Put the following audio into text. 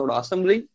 assembly